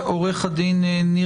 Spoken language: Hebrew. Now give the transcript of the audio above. גם לאור העובדה שהזכות הזאת נהנית היום